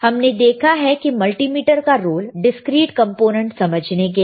हमने देखा है मल्टीमीटर का रोल डिस्क्रीट कंपोनेंट समझने के लिए